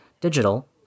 digital